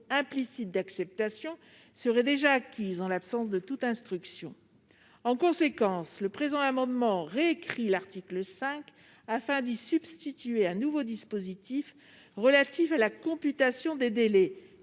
implicite d'acceptation serait déjà acquise en l'absence de toute instruction. En conséquence, cet amendement a pour objet de réécrire l'article 5 afin d'y substituer un nouveau dispositif relatif à la computation des délais